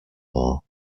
war